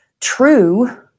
true